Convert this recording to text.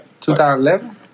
2011